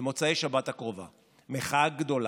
במוצאי שבת הקרובה מחאה גדולה,